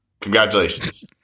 Congratulations